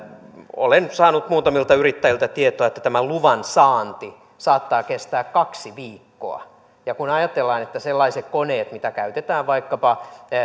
olen saanut muutamilta yrittäjiltä tietoa tämän luvan saanti saattaa kestää kaksi viikkoa ja kun ajatellaan että sellaiset koneet mitä käytetään vaikkapa